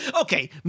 Okay